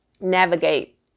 navigate